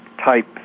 type